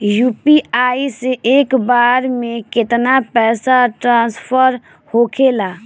UPI से एक बार मे केतना पैसा ट्रस्फर होखे ला?